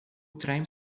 trem